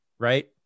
right